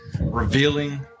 revealing